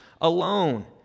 alone